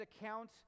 account